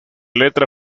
letra